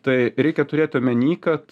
tai reikia turėt omeny kad